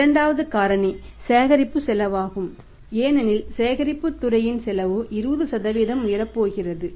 இரண்டாவது காரணி சேகரிப்பு செலவாகும் ஏனெனில் சேகரிப்புத் துறையின் செலவு 20 உயரப் போகிறது